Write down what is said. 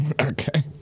Okay